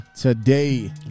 today